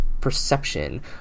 perception